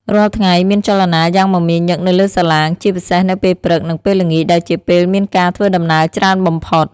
រាល់ថ្ងៃមានចលនាយ៉ាងមមាញឹកនៅលើសាឡាង ជាពិសេសនៅពេលព្រឹកនិងពេលល្ងាចដែលជាពេលមានការធ្វើដំណើរច្រើនបំផុត។